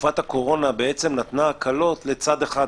בתקופת הקורונה בעצם נתנה הקלות לצד אחד,